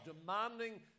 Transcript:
demanding